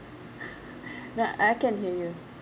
nah I can hear you